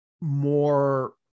more